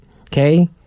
Okay